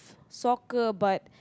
soccer but